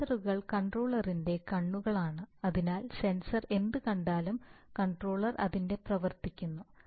സെൻസറുകൾ കൺട്രോളറിന്റെ കണ്ണുകളാണ് അതിനാൽ സെൻസർ എന്ത് കണ്ടാലും കൺട്രോളർ അതിൽ പ്രവർത്തിക്കുന്നു